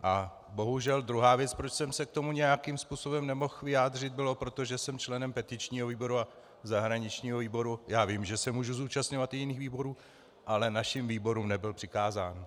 A bohužel druhá věc, proč jsem se k tomu nějakým způsobem nemohl vyjádřit, bylo, že jsem členem petičního výboru a zahraničního výboru já vím, že se mohu zúčastňovat i jiných výborů , ale našim výborům nebyl přikázán.